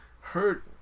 hurt